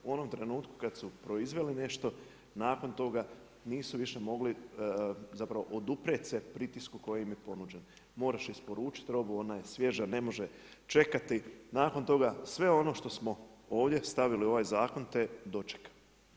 U onom trenutku, kada su proizveli nešto, nakon toga nisu više mogli, zapravo oduprijeti se pritisku, kojim je ponuđen, moraš isporučiti robu, ona je sviježa, ne može čekati, nakon toga, sve ono što smo ovdje stavili u ovaj zakon te dočeka.